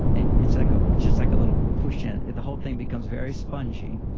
and it's like a just like a little push in. the whole thing becomes very spongy.